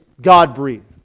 God-breathed